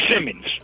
Simmons